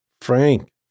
frank